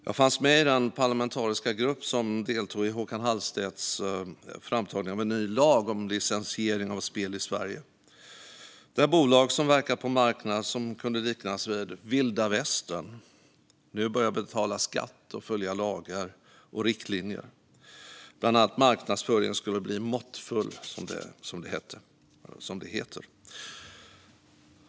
Jag fanns med i den parlamentariska grupp som deltog i Håkan Hallstedts framtagning av en ny lag om licensiering av spel i Sverige, där bolag som hade verkat på en marknad som kunde liknas vid vilda västern sedan började betala skatt och följa lagar och riktlinjer. Bland annat marknadsföringen skulle bli måttfull, som det hette.